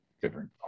different